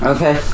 Okay